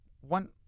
one